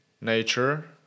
nature